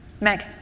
Meg